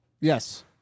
Yes